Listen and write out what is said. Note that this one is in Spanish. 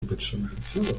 personalizado